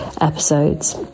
episodes